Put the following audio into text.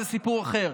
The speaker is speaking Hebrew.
זה סיפור אחר.